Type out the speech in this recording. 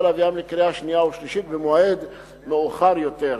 להביאם לקריאה שנייה ושלישית במועד מאוחר יותר.